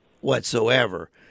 whatsoever